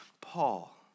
Paul